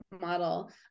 model